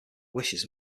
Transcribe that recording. wishes